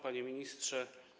Panie Ministrze!